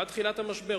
עד תחילת המשבר.